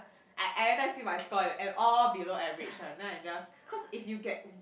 I everytime see my score that all below average lah and I just cause if you get